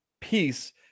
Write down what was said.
peace